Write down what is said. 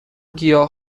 گیاه